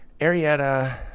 Arietta